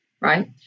right